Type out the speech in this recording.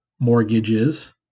mortgages